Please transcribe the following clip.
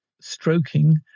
stroking